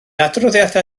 adroddiadau